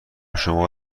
شما